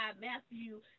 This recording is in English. Matthew